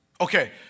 Okay